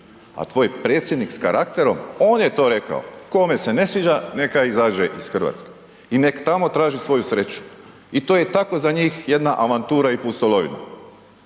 a tvoj predsjednik s karakterom on je to rekao, kome se ne sviđa neka izađe iz Hrvatske i nek tamo traži svoju sreću. I to je tako za njih jedna avantura i pustolovina.